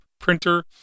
printer